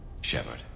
Shepard